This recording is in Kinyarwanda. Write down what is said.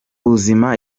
ubuzima